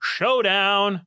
Showdown